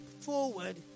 forward